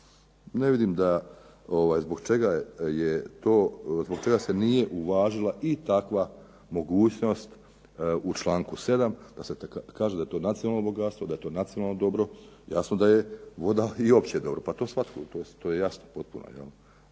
Ne vidim zbog čega se nije uvažila i takva mogućnost u članku 7. da se kaže da je to nacionalno bogatstvo, da je to nacionalno dobro, jasno da je voda i opće dobro pa to svatko, to je jasno potpuno.